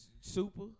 Super